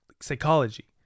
psychology